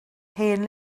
hen